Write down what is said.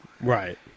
Right